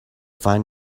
find